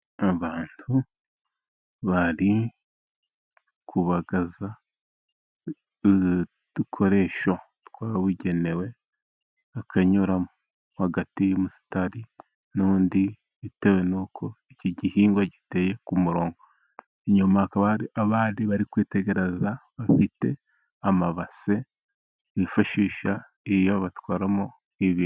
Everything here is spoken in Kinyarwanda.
Abantu bari kubagaza udukoresho twabugenewe, bakanyura hagati y'umusitari n'undi, bitewe n'uko iki gihingwa giteye ku murongo, inyuma hakaba abandi bari kwitegereza bafite amabase, bifashisha iyo batwaramo ibintu.